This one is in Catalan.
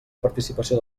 participació